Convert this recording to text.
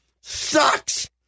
sucks